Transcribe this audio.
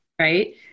Right